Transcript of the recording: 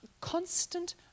constant